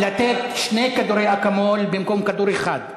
לתת שני כדורי "אקמול" במקום כדור אחד,